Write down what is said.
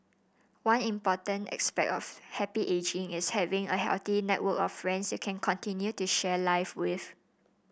one important aspect of happy ageing is having a healthy network of friends you can continue to share life with